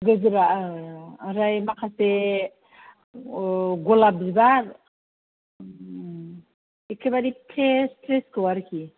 ओमफ्राय माखासे गलाप बिबार एखेबारे फ्रेश फ्रेशखौ आरोखि